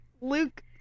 Luke